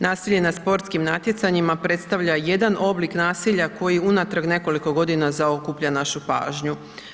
Nasilje na sportskim natjecanjima predstavlja jedan oblik nasilja koji unatrag nekoliko godina zaokuplja našu pažnju.